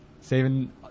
saving